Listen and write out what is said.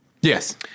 Yes